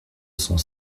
cent